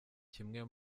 kimwe